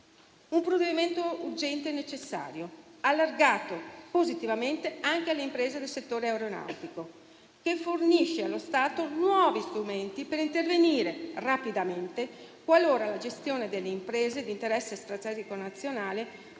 un provvedimento urgente e necessario, allargato positivamente anche alle imprese del settore aeronautico, che fornisce allo Stato nuovi strumenti per intervenire rapidamente qualora la gestione delle imprese di interesse strategico nazionale